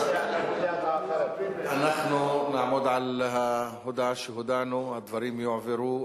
אז אנחנו נעמוד על ההודעה שהודענו והדברים יועברו.